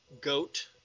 goat